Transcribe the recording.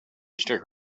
stick